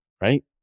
right